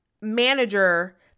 manager